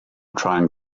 trying